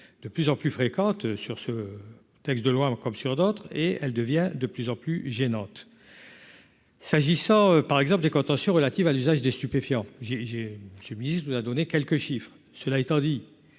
de plus en plus fréquentes sur ce texte de loi avant comme sur d'autres et elle devient de plus en plus gênante, s'agissant par exemple des contentieux relatives à l'usage des stupéfiants j'ai j'ai mise nous a donné quelques chiffres, cela étant dit,